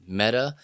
meta